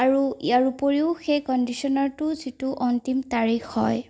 আৰু ইয়াৰ উপৰিও সেই কণ্ডিচনাৰটো যিটো অন্তিম তাৰিখ হয়